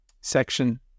section